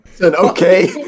Okay